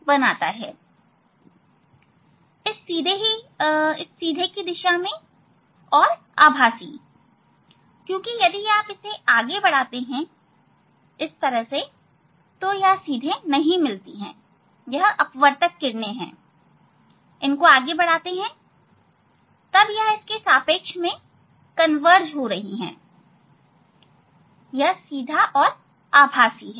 इस सीधे की ही दिशा में और आभासी क्योंकि यदि आप इसको आगे बढ़ाते हैं यह सीधे नहीं मिलती हैं यह अपवर्तक किरणें हैं तो हम इन्हें आगे बढ़ाते हैं तब यह इसके सापेक्ष में कन्वर्ज हो रही है यह सीधा और आभासी है